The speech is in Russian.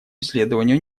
исследованию